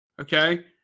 Okay